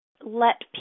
let